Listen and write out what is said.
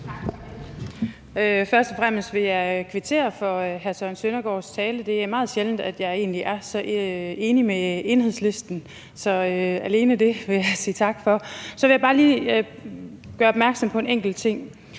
Først og fremmest vil jeg kvittere for hr. Søren Søndergaards tale. Det er meget sjældent, at jeg egentlig er så enig med Enhedslisten, så alene det vil jeg sige tak for. Så vil jeg bare lige gøre opmærksom på en enkelt ting: